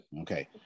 Okay